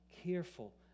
careful